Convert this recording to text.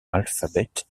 alphabet